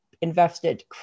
invested